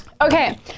Okay